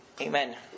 Amen